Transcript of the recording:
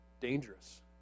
dangerous